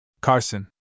Carson